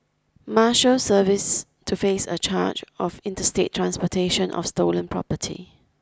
Marshals Service to face a charge of interstate transportation of stolen property